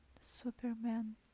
superman